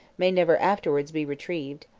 may never afterwards be retrieved.